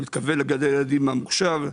אני מתכוון לגני ילדים במוכשר,